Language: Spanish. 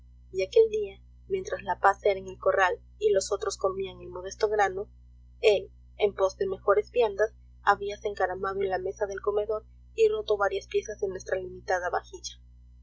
y aquel día mientras la paz era en el corral y los otros comían el modesto grano él en pos de mejores viandas habíase encaramado en la mesa del comedor y roto varias piezas de nuestra limitada vajilla